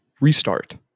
restart